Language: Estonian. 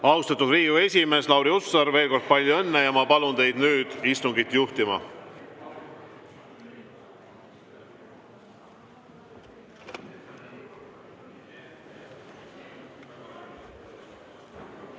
Austatud Riigikogu esimees Lauri Hussar, veel kord: palju õnne! Ma palun teid nüüd istungit juhatama.